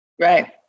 Right